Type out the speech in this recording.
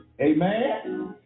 Amen